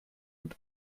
und